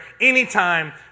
anytime